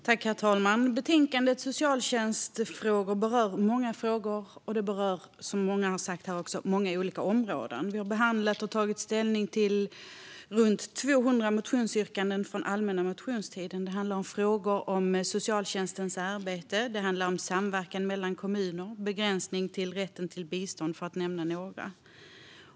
Herr talman! Betänkandet Socialtjänst och barnfrågor berör många frågor och, som flera har sagt, många olika områden. Vi har behandlat och tagit ställning till runt 200 motionsyrkanden från allmänna motionstiden. Det handlar om frågor om socialtjänstens arbete och om allt från samverkan mellan kommuner till begränsning av rätten till bistånd, för att nämna några.